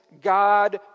God